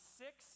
six